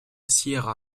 sierra